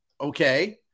okay